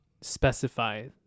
specify